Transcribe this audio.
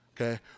Okay